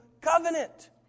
covenant